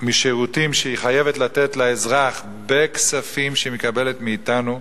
משירותים שהיא חייבת לתת לאזרח בכספים שהיא מקבלת מאתנו,